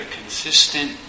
consistent